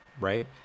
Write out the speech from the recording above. right